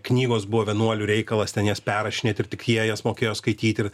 knygos buvo vienuolių reikalas tes jas perrašinėt ir tik jie jas mokėjo skaityt ir